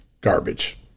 garbage